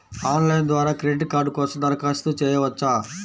Online ద్వారా credit card కోసం దరఖాస్తు చేయవచ్చా?